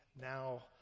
now